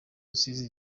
rusizi